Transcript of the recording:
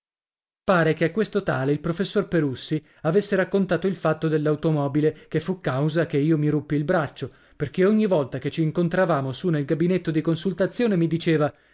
pare che a questo tale il professor perussi avesse raccontato il fatto dell'automobile che fu causa che io mi ruppi il braccio perché ogni volta che ci incontravamo su nel gabinetto di consultazione mi diceva